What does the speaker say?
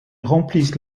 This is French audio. remplissent